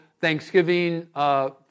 Thanksgiving